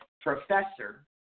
professor